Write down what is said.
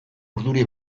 urduri